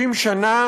50 שנה